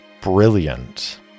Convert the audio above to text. brilliant